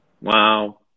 Wow